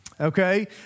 okay